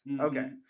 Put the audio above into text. Okay